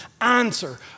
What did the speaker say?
Answer